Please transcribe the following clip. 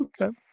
Okay